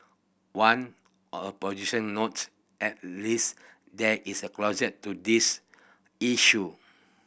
one a position note at least there is a closure to this issue